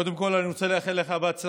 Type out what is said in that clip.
קודם כול אני רוצה לאחל לך הצלחה.